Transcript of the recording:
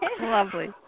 Lovely